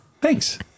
Thanks